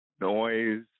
noise